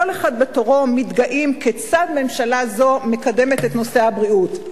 כל אחד בתורו מתגאים כיצד ממשלה זו מקדמת את נושא הבריאות.